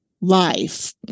life